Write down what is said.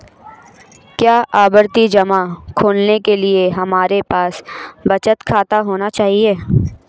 क्या आवर्ती जमा खोलने के लिए हमारे पास बचत खाता होना चाहिए?